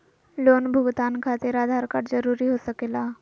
Loan भुगतान खातिर Aadhaar card जरूरी हो सके ला?